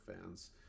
fans